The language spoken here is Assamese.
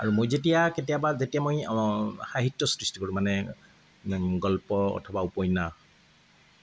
আৰু মই যেতিয়া কেতিয়াবা যেতিয়া মই সাহিত্য সৃষ্টি কৰোঁ মানে গল্প অথবা উপন্যাস